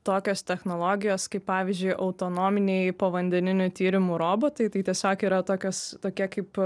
tokios technologijos kaip pavyzdžiui autonominiai povandeninių tyrimų robotai tai tiesiog yra tokios tokie kaip